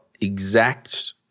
exact